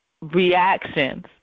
reactions